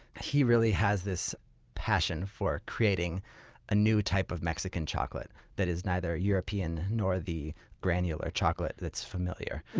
he really has this passion for creating a new type of mexican chocolate that is neither european nor the granular chocolate that's familiar.